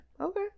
okay